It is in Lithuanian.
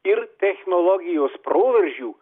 ir technologijos proveržių